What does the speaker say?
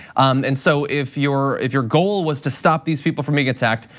and so, if your if your goal was to stop these people from being attacked,